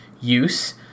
use